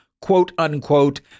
quote-unquote